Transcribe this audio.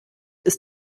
ist